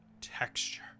texture